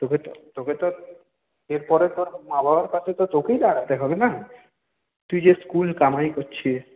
তোকে তো তোকে তো এরপরে তোর মা বাবার পাশে তো তোকেই দাঁড়াতে হবে না তুই যে স্কুল কামাই করছিস